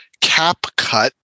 CapCut